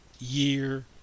year